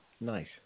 Nice